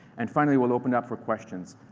and finally, we'll open up for questions.